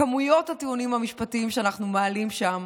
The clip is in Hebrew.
כמויות הטיעונים המשפטיים שאנחנו מעלים שם